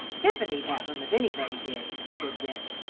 tiffany d have em if anybody did, said dick,